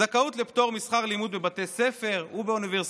זכאות לפטור משכר לימוד בבתי ספר ובאוניברסיטאות,